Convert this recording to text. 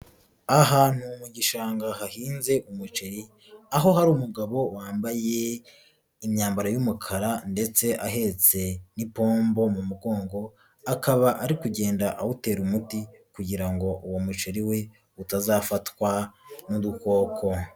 Ahantu mu gishanga hahinze umuceri, aho hari umugabo wambaye imyambaro y'umukara ndetse ahetse n'ipombo mu mugongo, akaba ari kugenda awutera umuti kugira ngo uwo muceri we utazafatwa n'udukoko.